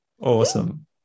Awesome